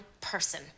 person